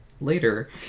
later